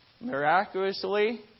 miraculously